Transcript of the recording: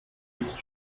ist